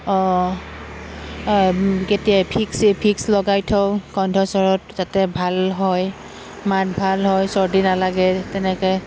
অঁ কেতিয়া Vicks Vicks লগাই থওঁ কণ্ঠস্বৰত যাতে ভাল হয় মাত ভাল হয় চৰ্দি নালাগে তেনেকৈ